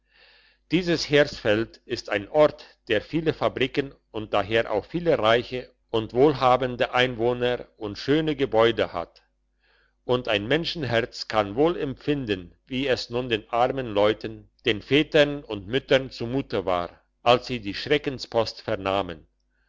dieses hersfeld ist ein ort der viele fabriken und daher auch viele reiche und wohlhabende einwohner und schöne gebäude hat und ein menschenherz kann wohl empfinden wie es nun den armen leuten den vätern und müttern zumute war als sie die schreckenspost vernahmen